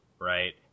right